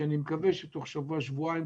שאני מקווה שתגיע תוך שבוע-שבועיים